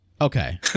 Okay